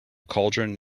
cauldron